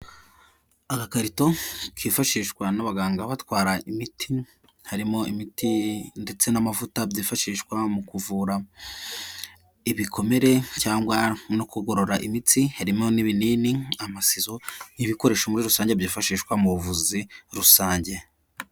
Agakarito kifashishwa n'abaganga batwara imiti, harimo imiti ndetse n'amavuta byifashishwa mu kuvura ibikomere cyangwa no kugorora imitsi, harimo n'ibinini, amasizo, n'ibikoresho muri rusange byifashishwa mu buvuzi rusange.